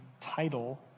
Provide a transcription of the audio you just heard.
title